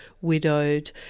widowed